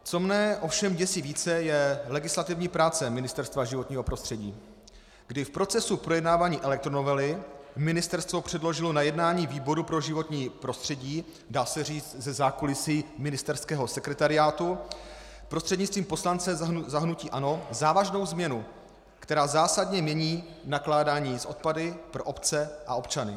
Co mě ovšem děsí více, je legislativní práce Ministerstva životního prostředí, kdy v procesu projednávání elektronovely ministerstvo předložilo na jednání výboru pro životní prostředí, dá se říci ze zákulisí ministerského sekretariátu, prostřednictvím poslance za hnutí ANO závažnou změnu, která zásadně mění nakládání s odpady pro obce a občany.